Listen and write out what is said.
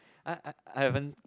I I I haven't